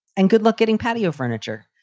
and good luck getting patio furniture.